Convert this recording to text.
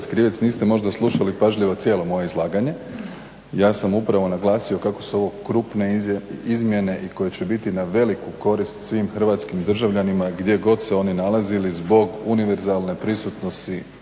Posavec Krivec niste možda slušali pažljivo cijelo moje izlaganje. Ja sam upravo naglasio kako su ovo krupne izmjene i koje će biti na veliku korist svim hrvatskim državljanima gdje god se oni nalazili zbog univerzalne prisutnosti